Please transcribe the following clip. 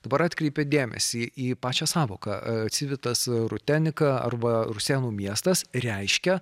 dabar atkreipė dėmesį į pačią sąvoką civitas rutenika arba rusėnų miestas reiškia